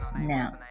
now